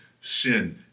Sin